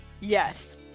yes